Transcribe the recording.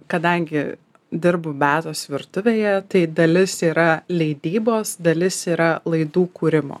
kadangi dirbu beatos virtuvėje tai dalis yra leidybos dalis yra laidų kūrimo